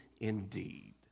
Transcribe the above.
indeed